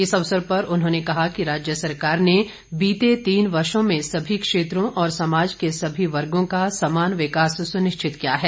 इस अवसर पर उन्होंने कहा कि राज्य सरकार ने बीते तीन वर्षो में सभी क्षेत्रों और समाज के सभी वर्गों का समान विकास सुनिश्चित किया है